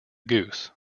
goose